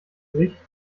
sich